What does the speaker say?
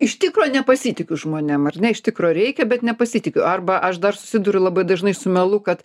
iš tikro nepasitikiu žmonėm ar ne iš tikro reikia bet nepasitikiu arba aš dar susiduriu labai dažnai su melu kad